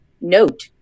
note